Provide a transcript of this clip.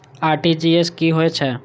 RTGS की होय छै